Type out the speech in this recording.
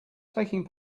taking